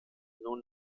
nun